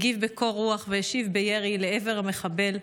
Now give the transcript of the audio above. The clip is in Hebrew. הגיב בקור רוח והשיב בירי לעבר המחבל,